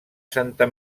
santa